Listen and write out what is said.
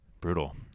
Brutal